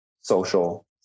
social